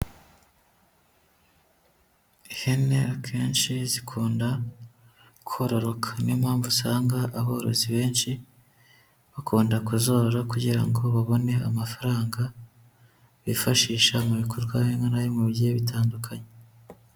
Ihene akenshi zikunda kororoka. Niyo impamvu usanga aborozi benshi bakunda kuzorora kugira ngo babone amafaranga, bifashisha mu bikorwa bimwe na bimwe bigiye bitandukanye.